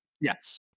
Yes